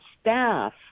staff